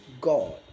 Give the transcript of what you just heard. God